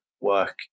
work